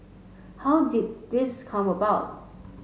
how did this come about